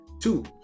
two